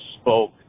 spoke